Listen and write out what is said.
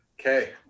Okay